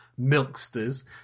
milksters